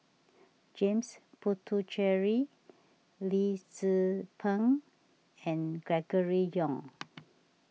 James Puthucheary Lee Tzu Pheng and Gregory Yong